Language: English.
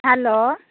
hello